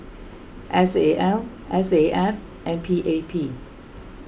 S A L S A F and P A P